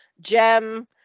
gem